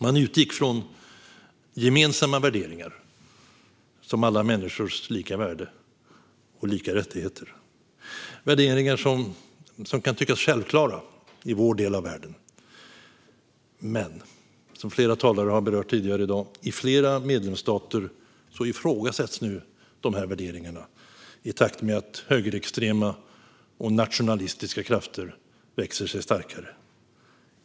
Man utgick från gemensamma värderingar, som alla människors lika värde och rättigheter. Det är värderingar som kan tyckas självklara i vår del av världen, men som flera talare har berört tidigare i dag ifrågasätts dessa värderingar i flera medlemsstater i takt med att högerextrema och nationalistiska krafter växer sig starkare.